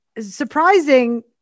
surprising